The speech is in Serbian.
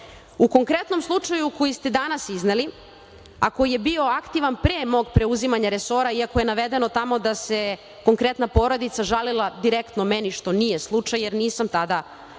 konkretnom slučaju koji ste danas izneli, a koji je bio aktivan pre mog preuzimanja resora, iako je tamo navedeno da se konkretna porodica žalila direktno meni što nije slučaj jer nisam tada